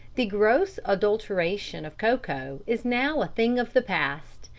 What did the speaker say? the gross adulteration of cocoa is now a thing of the past,